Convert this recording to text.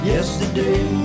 Yesterday